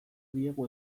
diegu